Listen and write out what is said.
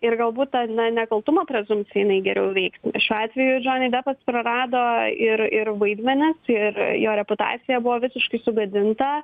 ir galbūt ta na nekaltumo prezumpcija jinai geriau veiktų šiuo atveju džoni depas prarado ir ir vaidmenis ir jo reputacija buvo visiškai sugadinta